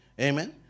Amen